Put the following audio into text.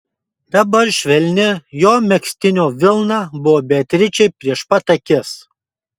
dabar švelni jo megztinio vilna buvo beatričei prieš pat akis